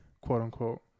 quote-unquote